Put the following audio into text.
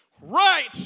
right